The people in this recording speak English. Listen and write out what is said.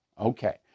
Okay